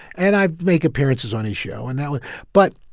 and i'd make appearances on his show. and that was but,